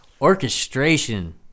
orchestration